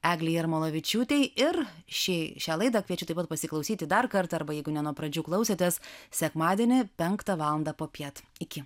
eglei jarmalavičiūtei ir ši šią laidą kviečiu taip pat pasiklausyti dar kartą arba jeigu ne nuo pradžių klausėtės sekmadienį penktą valandą popiet iki